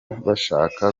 bashaka